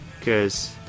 Cause